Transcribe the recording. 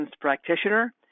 Practitioner